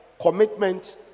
commitment